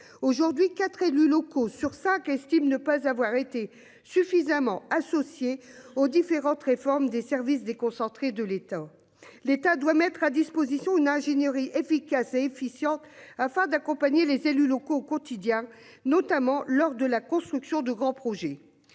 aujourd'hui 4 élus locaux sur 5 estime ne pas avoir été suffisamment associés aux différentes réformes des services déconcentrés de l'État, l'État doit mettre à disposition une ingénierie efficace et efficiente afin d'accompagner les élus locaux, au quotidien, notamment lors de la construction de grands projets.